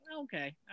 okay